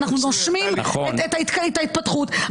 ואנחנו נושמים את ההתפתחות,